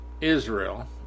Israel